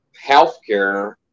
healthcare